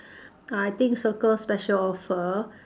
I think circle special offer